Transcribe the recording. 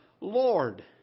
Lord